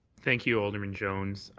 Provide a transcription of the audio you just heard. thank you, alderman jones.